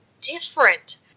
different